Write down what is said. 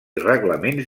reglaments